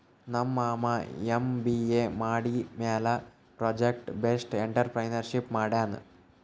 ನಮ್ ಮಾಮಾ ಎಮ್.ಬಿ.ಎ ಮಾಡಿದಮ್ಯಾಲ ಪ್ರೊಜೆಕ್ಟ್ ಬೇಸ್ಡ್ ಎಂಟ್ರರ್ಪ್ರಿನರ್ಶಿಪ್ ಮಾಡ್ಯಾನ್